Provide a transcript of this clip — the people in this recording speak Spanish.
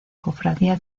cofradía